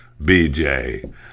BJ